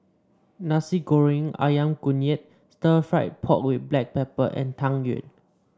Nasi Goreng ayam kunyit Stir Fried Pork with Black Pepper and Tang Yuen